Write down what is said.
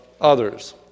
others